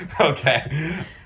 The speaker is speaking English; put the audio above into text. okay